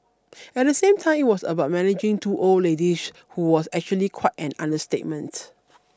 at the same time it was about managing two old ladies who was actually quite an understatement